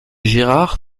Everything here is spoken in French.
gérard